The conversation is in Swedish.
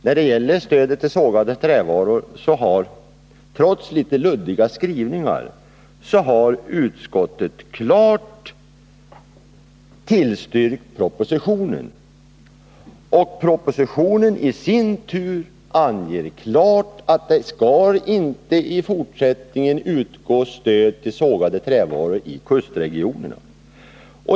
När det gäller stödet till sågade trävaror har utskottet — trots litet luddiga skrivningar — klart tillstyrkt propositionen. Och propositionen i sin tur anger klart att det i fortsättningen inte skall utgå stöd till sågade trävaror i kustregionerna.